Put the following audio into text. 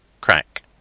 Crack